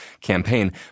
campaign